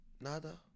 Nada